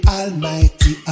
Almighty